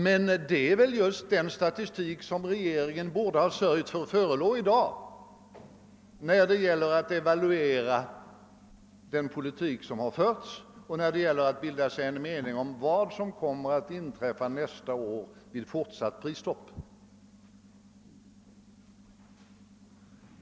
Regeringen borde ha sörjt för att det i dag förelåge en statistik som gjorde att man kunde evaluera den politik som har förts och bilda sig en mening om vad som kommer att inträffa nästa år vid fortsatt prisstopp.